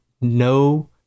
no